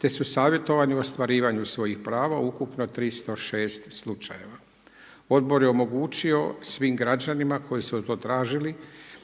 te su savjetovani o ostvarivanju svojih prava ukupno 306 slučajeva. Odbor je omogućio svim građanima koji su ga to tražili